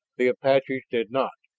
the apaches did not.